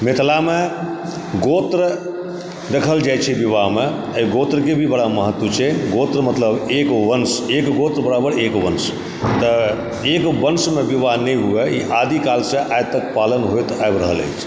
मिथिलामे गोत्र देखल जाइत छै विवाहमे एहि गोत्रके भी बरा महत्व छै गोत्र मतलब एक वंश एक गोत्र बराबर एक वंश तऽ एक वंशमे विवाह नहि हुआ ई आदिकालसँ आइतक पालन होइत आबि रहल अछि